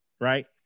right